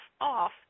off